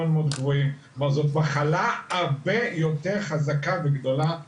כלומר, זאת מחלה הרבה יותר חזקה וגדולה מסמים,